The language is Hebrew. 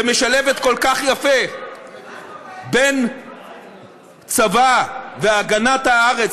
שמשלבת כל כך יפה בין צבא והגנת הארץ